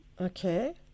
Okay